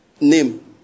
Name